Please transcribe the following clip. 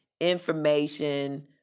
information